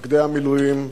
מפקדי המילואים,